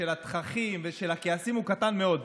של התככים ושל הכעסים הוא קטן מאוד.